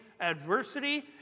adversity